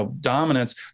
dominance